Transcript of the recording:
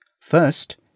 First